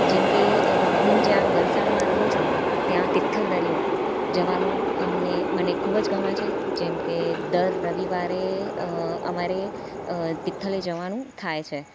જેમકે હું જ્યાં વલસાડમાં રહું છું ત્યાં તિથલ દરિયો જવાનું અમને મને ખૂબ જ ગમે છે જેમ કે દર રવિવારે અમારે તિથલે જવાનું થાય છે